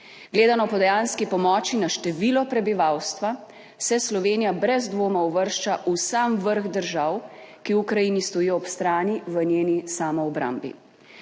Gledano po dejanski pomoči na število prebivalstva se Slovenija brez dvoma uvršča v sam vrh držav, ki Ukrajini stoji ob strani v njeni samoobrambi.